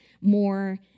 more